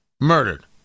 murdered